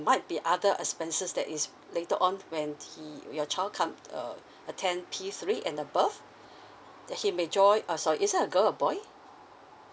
might be other expenses that is later on when he your child come uh attend P three and above that he may join uh sorry is it a girl or boy